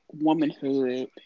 womanhood